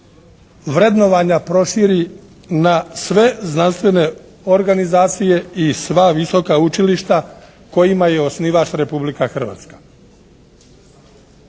vrednovanja proširi na sve znanstvene organizacije i sva visoka učilišta kojima je osnivač Republika Hrvatska.